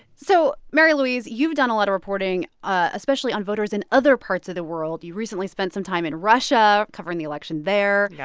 so, mary louise, you've done a lot of reporting, especially on voters in other parts of the world. you recently spent some time in russia covering the election there. yeah